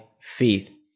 faith